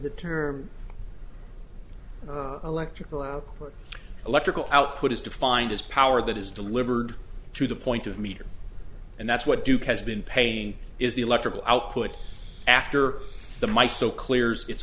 the term electrical or electrical output is defined as power that is delivered to the point of meter and that's what duke has been paying is the electrical output after the my so clears it